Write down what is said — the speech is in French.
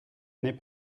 n’est